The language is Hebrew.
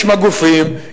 יש מגופים,